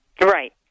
Right